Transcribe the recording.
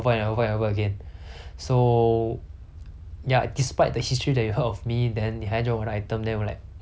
ya despite the history that you heard of me then 你还 join 我的 item then 我 like okay lah 小 proud lah but can do better lor 我觉得